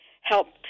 helped